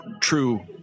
true